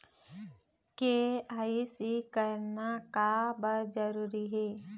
KYC करना का बर जरूरी हे?